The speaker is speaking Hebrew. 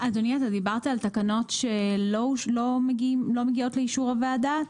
אתה דיברת על תקנות שלא מגיעות לאישור הוועדה?